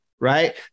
Right